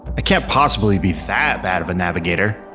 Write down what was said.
ah can't possibly be that bad of a navigator.